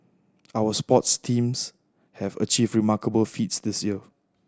our sports teams have achieved remarkable feats this year